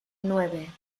nueve